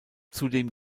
zudem